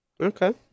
Okay